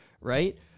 right